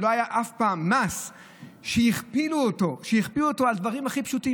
אף פעם מס שהכפילו אותו על דברים הכי פשוטים.